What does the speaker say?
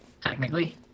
technically